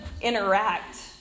interact